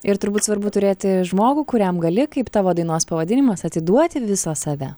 ir turbūt svarbu turėti žmogų kuriam gali kaip tavo dainos pavadinimas atiduoti visą save